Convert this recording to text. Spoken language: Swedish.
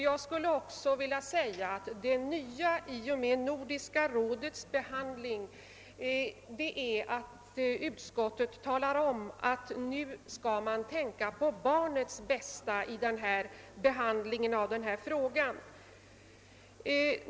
Jag vill också säga att det nya i och med Nordiska rådets behandling är att utskottet nämner att man nu bör tänka på barnets bästa vid behandlingen av denna fråga.